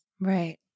Right